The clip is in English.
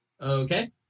Okay